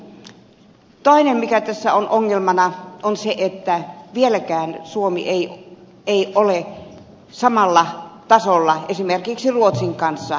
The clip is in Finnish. toinen mikä tässä on ongelmana on se että vieläkään suomi ei ole samalla tasolla esimerkiksi ruotsin kanssa sananvapausasioissa